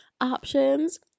options